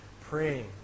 praying